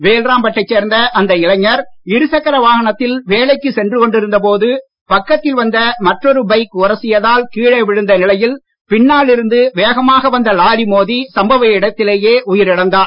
வேல்ராம்பேட் டைச் சேர்ந்த அந்த இளைஞர் இருசக்கர வாகனத்தில் வேலைக்கு சென்று கொண்டிருந்து போது பக்கத்தில் வந்த மற்றொரு பைக் உரசியதால் கீழே விழுந்த நிலையில் பின்னால் இருந்து வேகமாக வந்த லாரி மோதி சம்பவ இடத்திலேயே உயிர் இழந்தார்